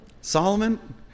Solomon